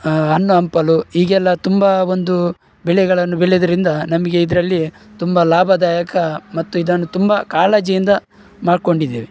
ಹಣ್ಣು ಹಂಪಲು ಹೀಗೆಲ್ಲ ತುಂಬ ಒಂದು ಬೆಳೆಗಳನ್ನು ಬೆಳೆದರಿಂದ ನಮಗೆ ಇದರಲ್ಲಿ ತುಂಬ ಲಾಭದಾಯಕ ಮತ್ತು ಇದನ್ನು ತುಂಬ ಕಾಳಜಿಯಿಂದ ಮಾಡ್ಕೊಂಡಿದ್ದೇವೆ